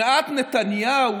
שנאת נתניהו